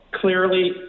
clearly